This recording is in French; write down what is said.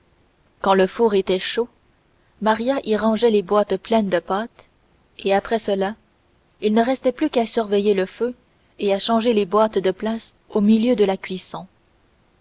quand le four était chaud maria y rangeait les boîtes pleines de pâte et après cela il ne restait plus qu'à surveiller le feu et à changer les boîtes de place au milieu de la cuisson